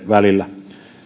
välillä